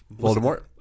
Voldemort